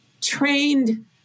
trained